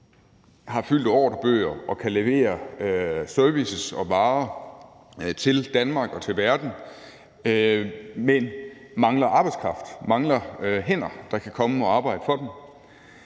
har fyldte ordrebøger og kan levere service og varer til Danmark og til verden, men mangler arbejdskraft, mangler hænder, der kan komme og arbejde for dem.